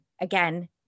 Again